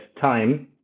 time